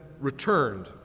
returned